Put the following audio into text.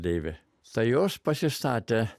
deivė tai jos pasistatė